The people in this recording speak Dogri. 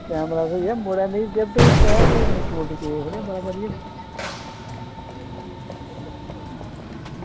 कैमरा स्हेई ऐ ते एह् कोई निक्की मुट्टी चीज़ थोह्ड़ी ऐ बधिया कैमरा ऐ